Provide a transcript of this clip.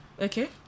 Okay